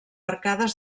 arcades